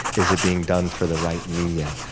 is it being done for the right niyyah?